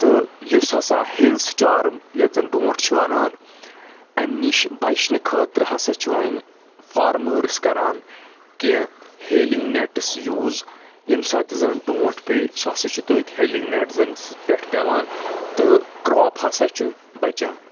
تہٕ یُس ہَسا ہیٚلٕز سِٹارٕم یتھ زن ڈونٛٹھ چھِ ونان اَمہِ نِش بَچنہٕ خٲطرٕ ہَسا چھِ وۅنۍ فارمٲرٕس کَران کیٚنٛہہ ہیلِنٛگ نیٚٹس یوٗز ییٚمہِ ساتہٕ زن ڈونٛٹھ پیٚیہِ سُہ ہسا چھُ تٔتھۍ ہیلِنٛگ نیٚٹزَن پٮ۪ٹھ پٮ۪وان تہٕ کرٛاپ ہَسا چھُ بچان